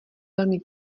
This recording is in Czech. velmi